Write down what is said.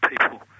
people